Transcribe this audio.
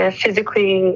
physically